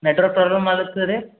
network problem ಆಗತದ ರೀ